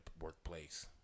workplace